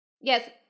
Yes